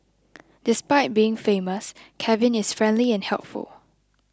despite being famous Kevin is friendly and helpful